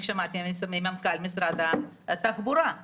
שהורה עליה המפקח על התעבורה בתוקף סמכותו לפי פקודת התעבורה"